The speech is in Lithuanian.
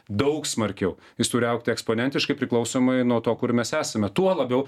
daug smarkiau jis turi augti eksponentiškai priklausomai nuo to kur mes esame tuo labiau